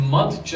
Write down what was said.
Month